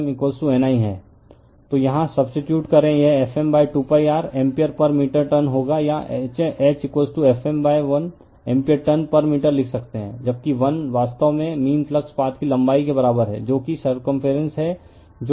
refer slide time 1334 तो यहाँ substitute करें यह Fm 2 π R ampere per metre turn होगा या H Fm lएम्पीयर टर्न पर मीटर लिख सकते है जबकि l वास्तव में मीन फ्लक्स पाथ की लंबाई के बराबर है जो कि सर्क्यूमेफेरेंस है जो 2π R है